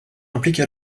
implique